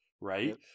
Right